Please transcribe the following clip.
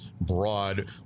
broad